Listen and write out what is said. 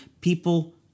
people